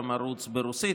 גם הערוץ ברוסית,